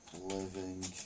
living